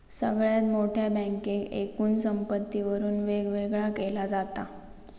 सगळ्यात मोठ्या बँकेक एकूण संपत्तीवरून वेगवेगळा केला जाता